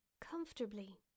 comfortably